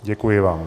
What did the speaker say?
Děkuji vám.